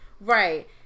Right